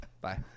Bye